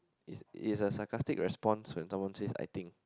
is is a sarcastic respond when someone says I think